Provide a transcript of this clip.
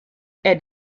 elle